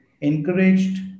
encouraged